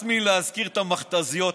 הס מלהזכיר את המכת"זיות.